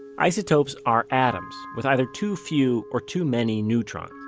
isotopes are atoms with either too few or too many neutrons.